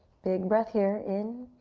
big breath here in